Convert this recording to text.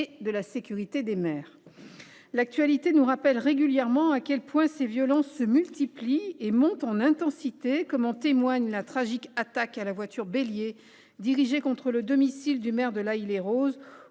et la sécurité des maires. L’actualité nous rappelle régulièrement à quel point ces violences se multiplient et montent en intensité, comme en témoignent la tragique attaque à la voiture bélier dirigée contre le domicile du maire de L’Haÿ les Roses